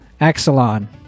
Axelon